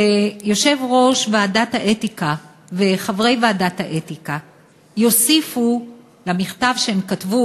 שיושב-ראש ועדת האתיקה וחברי ועדת האתיקה יוסיפו למכתב שהם כתבו,